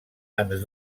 ens